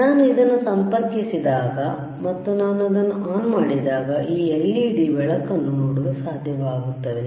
ನಾನು ಅದನ್ನು ಸಂಪರ್ಕಿಸಿದಾಗ ಮತ್ತು ನಾನು ಅದನ್ನು ಆನ್ ಮಾಡಿದಾಗ ಈ ಎಲ್ಇಡಿ ಬೆಳಕನ್ನು ನೋಡಲು ಸಾಧ್ಯವಾಗುತ್ತದೆ